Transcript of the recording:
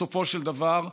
בסופו של דבר,